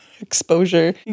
exposure